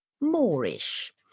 Moorish